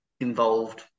involved